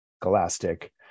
Scholastic